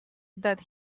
that